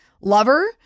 lover